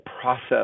process